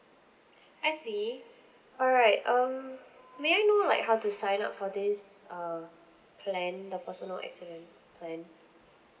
I see alright um may I know like how to sign up for this err plan the personal accident plan